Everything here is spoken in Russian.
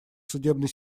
судебной